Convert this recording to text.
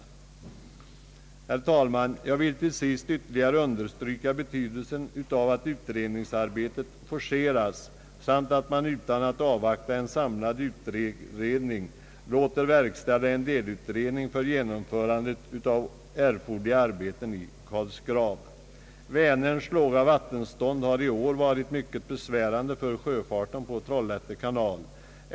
Herr talman! Jag vill ytterligare understryka betydelsen av att utredningsarbetet forceras samt att man utan att avvakta en samlad utredning låter verkställa en delutredning för genomförandet av erforderliga arbeten i Karlsgrav. Vänerns låga vattenstånd har i år varit mycket besvärande för sjöfarten på Trollhätte kanal.